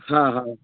हा हा